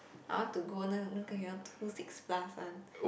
I want to go two six plus one